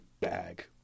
bag